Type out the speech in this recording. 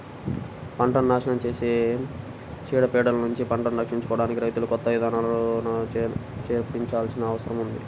పంటను నాశనం చేసే చీడ పీడలనుంచి పంటను రక్షించుకోడానికి రైతులకు కొత్త ఇదానాలను చానా నేర్పించాల్సిన అవసరం ఉంది